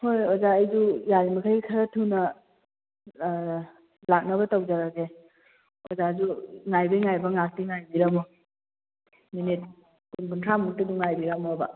ꯍꯣꯏꯍꯣꯏ ꯑꯣꯖꯥ ꯑꯩꯁꯨ ꯌꯥꯔꯤꯃꯈꯩ ꯈꯔ ꯊꯨꯅ ꯂꯥꯛꯅꯕ ꯇꯧꯖꯔꯒꯦ ꯑꯣꯖꯥ ꯑꯗꯨ ꯉꯥꯏꯕꯩ ꯉꯥꯏꯕ ꯉꯥꯛꯇꯤ ꯉꯥꯏꯕꯤꯔꯝꯃꯣ ꯃꯤꯅꯤꯠ ꯀꯨꯟ ꯀꯨꯟꯊ꯭ꯔꯥ ꯃꯨꯛꯇꯤ ꯑꯗꯨꯝ ꯉꯥꯏꯕꯤꯔꯝꯃꯣꯕ